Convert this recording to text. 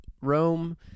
Rome